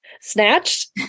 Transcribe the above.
Snatched